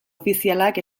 ofizialak